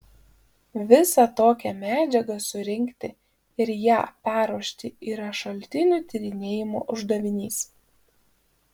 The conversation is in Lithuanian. visą tokią medžiagą surinkti ir ją perruošti yra šaltinių tyrinėjimo uždavinys